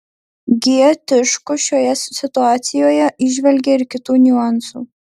g tiškus šioje situacijoje įžvelgė ir kitų niuansų